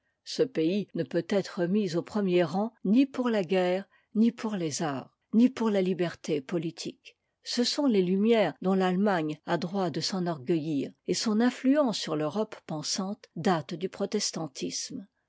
ce pays ne peut être mis au premier rang ni pour la guerre ni pour les arts ni pour la liberté politique ce sont les lumières dont l'allemagne a droit de s'enorgueillir et son influence sur l'europe pensante date du protestantisme